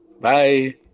Bye